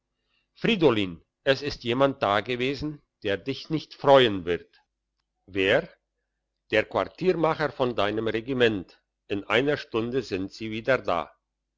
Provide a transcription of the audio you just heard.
fridolin es ist jemand dagewesen der dich nicht freuen wird wer der quartiermacher von deinem regiment in einer stunde sind sie wieder da